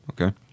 okay